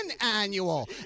annual